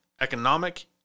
economic